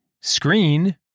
screen